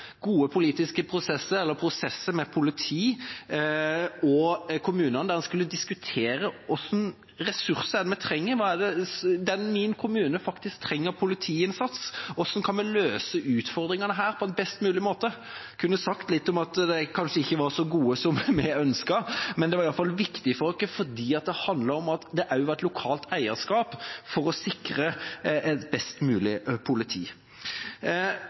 prosesser med politi og kommunene, der en skulle diskutere hva slags ressurser man trengte, hva den enkelte kommune faktisk trengte av politiinnsats, og hvordan man kunne løse utfordringene der på en best mulig måte. Jeg kunne sagt litt om at det kanskje ikke ble så godt som vi ønsket, men det var i alle fall viktig for oss fordi det handlet også om å ha et lokalt eierskap for å sikre et best mulig politi.